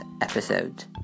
episode